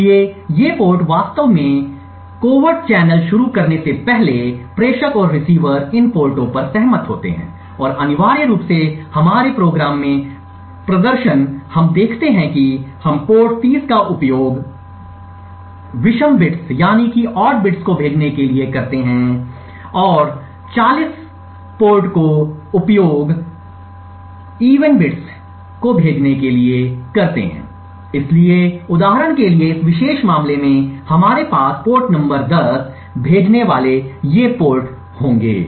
इसलिए ये पोर्ट वास्तव में गुप्त चैनल शुरू करने से पहले प्रेषक और रिसीवर इन पोर्टों पर सहमत होते हैं और अनिवार्य रूप से हमारे कार्यक्रम में प्रदर्शन हम देखते हैं कि हम पोर्ट 30 का उपयोग विषम बिट्स को भेजने के लिए करते हैं को और पोर्ट 40 को उपयोग सम बिट्स को भेजने के लिए करते हैं इसलिए उदाहरण के लिए इस विशेष मामले में हमारे पास पोर्ट नंबर 10 भेजने वाले ये पोर्ट होंगे